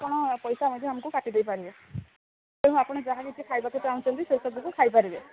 ଆପଣ ପଇସା ମଧ୍ୟ ଆମକୁ କାଟିଦେଇପାରିବେ ତେଣୁ ଆପଣ ଯାହା କିଛି ଖାଇବାକୁ ଚାହୁଁଛନ୍ତି ସେସବୁକୁ ଖାଇପାରିବେ